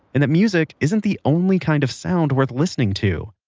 and that music isn't the only kind of sound worth listening to.